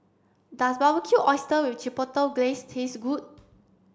does Barbecued Oysters with Chipotle Glaze taste good